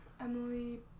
Emily